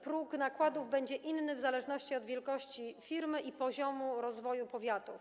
Próg nakładów będzie inny w zależności od wielkości firmy i poziomu rozwoju powiatu.